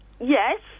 Yes